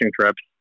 trips